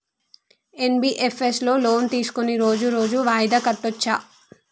NBFS లో loan తీస్కొని రోజు రోజు వాయిదా కట్టచ్ఛా?